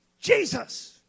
Jesus